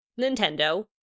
Nintendo